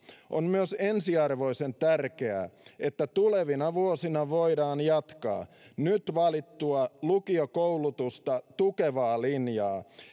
on myös ensiarvoisen tärkeää että tulevina vuosina voidaan jatkaa nyt valittua lukiokoulutusta tukevaa linjaa